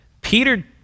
Peter